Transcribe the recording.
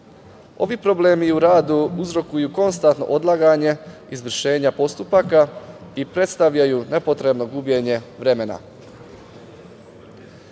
problemi u radu uzrokuju konstantno odlaganje izvršenja postupaka i predstavljaju nepotrebno gubljenje vremena. Pomenuo